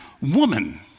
woman